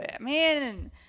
Man